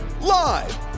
Live